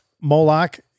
Moloch